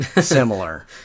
similar